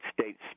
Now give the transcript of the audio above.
States